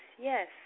yes